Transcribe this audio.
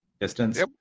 distance